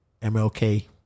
MLK